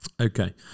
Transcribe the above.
Okay